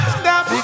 stop